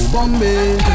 Bombay